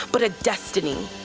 but a destiny.